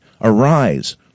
arise